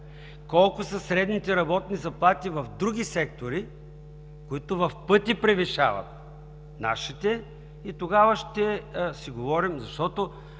колко са средните работни заплати в други сектори, които в пъти превишават нашите и тогава ще си говорим. Когато